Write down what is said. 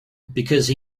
because